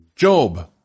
Job